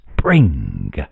spring